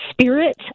spirit